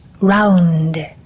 round